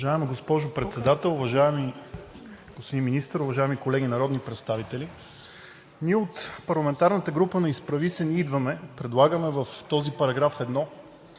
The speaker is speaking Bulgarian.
Уважаема госпожо Председател, уважаеми господин Министър, уважаеми колеги народни представители! Ние от парламентарната група на „Изправи се БГ! Ние идваме!“ предлагаме в този § 1 да